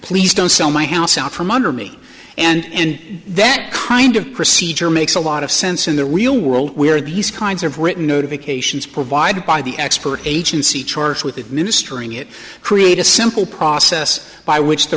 please don't sell my house out from under me and that kind of procedure makes a lot of sense in the real world where these kinds of written notifications provided by the expert agency charged with it ministering it create a simple process by which the